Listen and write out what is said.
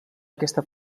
aquesta